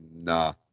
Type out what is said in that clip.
nah